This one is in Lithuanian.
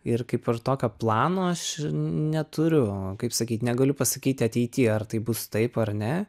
ir kaip ir tokio plano aš neturiu kaip sakyt negaliu pasakyt ateity ar tai bus taip ar ne